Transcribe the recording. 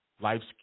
life's